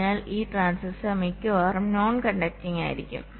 അതിനാൽ ഈ ട്രാൻസിസ്റ്റർ മിക്കവാറും നോൺ കണ്ടക്റ്റിംഗ് ആയിരിക്കും